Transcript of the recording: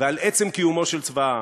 ועל עצם קיומו של צבא העם.